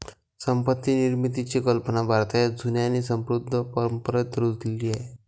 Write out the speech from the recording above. संपत्ती निर्मितीची कल्पना भारताच्या जुन्या आणि समृद्ध परंपरेत रुजलेली आहे